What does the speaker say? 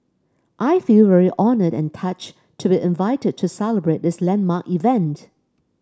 I feel very honoured and touched to be invited to celebrate this landmark event